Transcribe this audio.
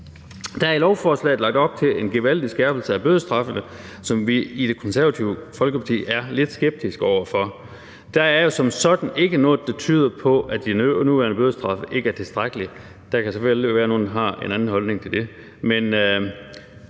Der er i lovforslaget lagt op til en gevaldig skærpelse af bødestraffene, som vi i Det Konservative Folkeparti er lidt skeptiske over for. Der er som sådan ikke noget, der tyder på, at de nuværende bødestraffe ikke er tilstrækkelige. Der kan selvfølgelig være nogle, der har en anden holdning til det.